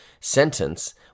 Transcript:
sentence